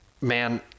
man